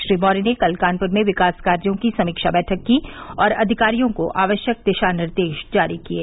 श्री मौर्य ने कल कानपुर में विकास कार्यो की समीक्षा बैठक की और अधिकारियों को आवश्यक दिशा निर्देश जारी किये